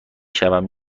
شوم